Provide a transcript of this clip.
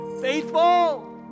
faithful